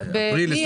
באפריל 2021?